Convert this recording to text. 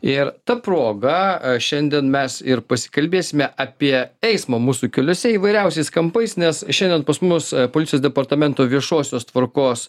ir ta proga a šiandien mes ir pasikalbėsime apie eismą mūsų keliuose įvairiausiais kampais nes šiandien pas mus policijos departamento viešosios tvarkos